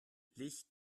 licht